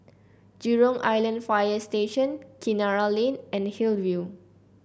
Jurong Island Fire Station Kinara Lane and Hillview